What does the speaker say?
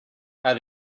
how